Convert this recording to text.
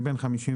אני בן 54,